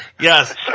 yes